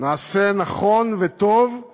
נעשה נכון וטוב אם